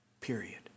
period